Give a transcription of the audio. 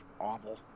awful